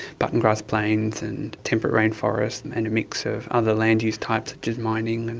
buttongrass plains and temperate rainforest and a mix of other land-use types such as mining,